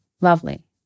Lovely